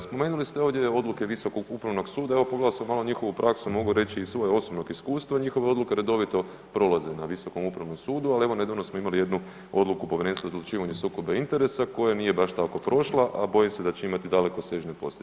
Spomenuli ste ovdje odluke visokog upravnog suda, evo pogledao sam malo njihovu praksu, mogu reći i iz svog osobno iskustva, njihove odluke redovito prolaze na visokom upravnom sudu, ali evo nedavno smo imali jednu odluku Povjerenstva za odlučivanje o sukobu interesa koja nije baš tako prošla, a bojim se da će imati dalekosežne posljedice.